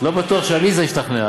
לא בטוח שעליזה השתכנעה.